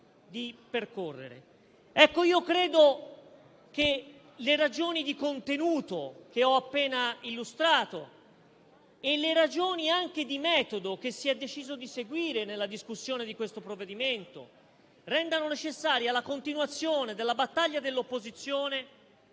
di percorrere. Pertanto, credo che le ragioni di contenuto che ho appena illustrato e le ragioni di metodo che si è deciso di seguire nella discussione di questo provvedimento rendano necessari la continuazione della battaglia dell'opposizione